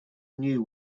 knew